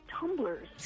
tumblers